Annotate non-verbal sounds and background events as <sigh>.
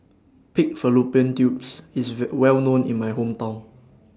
Pig Fallopian Tubes IS <unintelligible> Well known in My Hometown